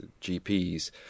GPs